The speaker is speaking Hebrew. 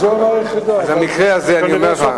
זאת ההערה היחידה, למה זה רלוונטי?